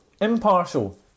Impartial